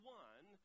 one